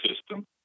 system